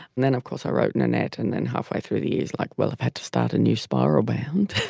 and then of course i wrote in a net and then halfway through the year like well i've had to start a new spiral bound.